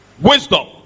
Wisdom